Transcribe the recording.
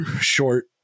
short